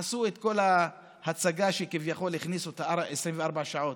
עשו את כל ההצגה שכביכול הכניסו 24 שעות.